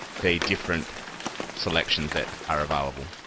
the different selections that are available.